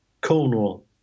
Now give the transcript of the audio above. Cornwall